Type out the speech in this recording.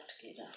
together